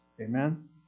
Amen